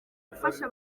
gufasha